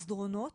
מסדרונות,